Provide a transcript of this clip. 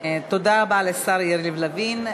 תודה רבה לשר יריב לוין.